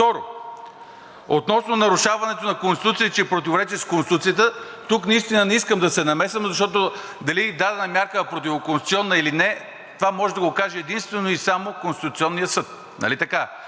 Второ, относно нарушаването на Конституцията и че е в противоречия с Конституцията, тук наистина не искам да се намесвам, защото дали дадена мярка е противоконституционна или не, това може да го каже единствено и само Конституционният съд. Нали така?!